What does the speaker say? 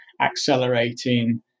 accelerating